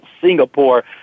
Singapore